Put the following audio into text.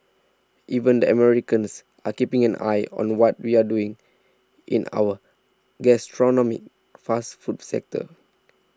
even the Americans are keeping an eye on what we're doing in our gastronomic fast food sector